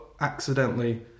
accidentally